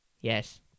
Yes